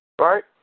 right